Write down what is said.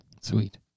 sweet